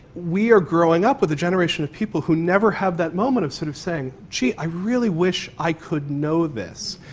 we are growing up with a generation of people who never have that moment of sort of saying, gee, i really wish i could know this.